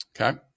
Okay